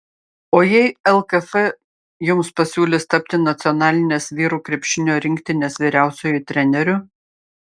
o jei lkf jums pasiūlys tapti nacionalinės vyrų krepšinio rinktinės vyriausiuoju treneriu